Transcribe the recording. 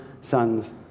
sons